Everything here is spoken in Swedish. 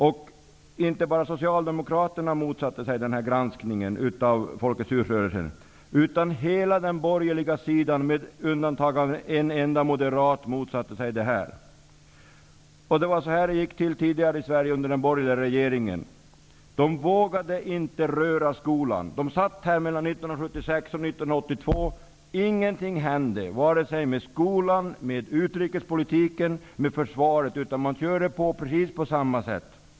Det var inte bara socialdemokraterna som motsatte sig granskningen av Folkets hus-rörelsen, utan även hela den borgerliga sidan med undantag av en enda moderat. Det var så här det gick till tidigare i Sverige under den borgerliga regeringen. De vågade inte röra skolan. De satt mellan 1976 och 1982, och ingenting hände med skolan, utrikespolitiken eller försvaret. Man körde på precis på samma sätt.